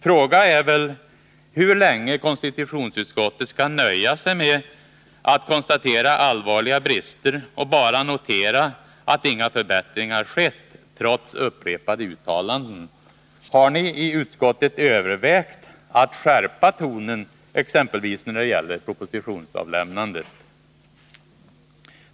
Fråga är väl hur länge konstitutionsutskottet skall nöja sig med att konstatera allvarliga brister och bara notera att inga förbättringar har skett, trots upprepade uttalanden. Har ni i utskottet övervägt att skärpa tonen, exempelvis när det gäller propositionsavlämnandet?